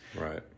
Right